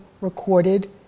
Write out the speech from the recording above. recorded